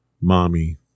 mommy